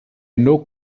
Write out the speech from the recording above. know